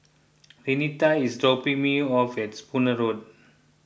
Renita is dropping me off at Spooner Road